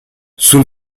sul